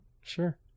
Sure